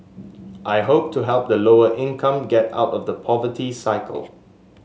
I hope to help the lower income get out of the poverty cycle